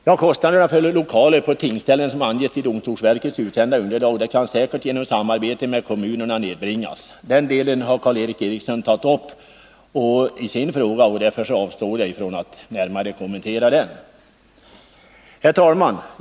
De kostnader för lokaler på tingsställena som angetts i det av domstolsverket utsända underlaget kan säkert nedbringas genom samarbete med kommunerna. Den delen har Karl Erik Eriksson tagit upp i sin fråga, och därför avstår jag från att närmare kommentera den. Herr talman!